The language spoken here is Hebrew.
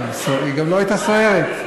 היא גם לא הייתה סוערת.